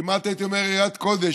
כמעט הייתי אומר: יראת קודש.